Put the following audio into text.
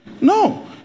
No